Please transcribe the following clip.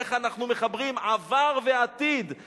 איך אנחנו מחברים עבר ועתיד,